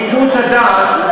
ייתנו את הדעת,